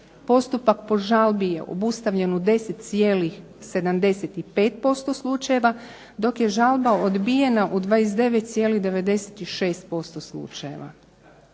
Postupak po žalbi je obustavljen u 10,75% slučajeva dok je žalba odbijena u 29,96% slučajeva.